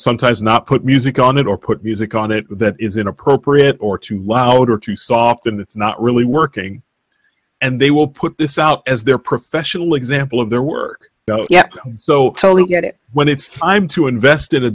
sometimes not put music on it or put music on it that is inappropriate or too loud or too soft and it's not really working and they will put this out as their professional example of their work so you get it when it's time to invest in a